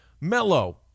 Melo